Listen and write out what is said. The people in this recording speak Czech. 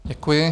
Děkuji.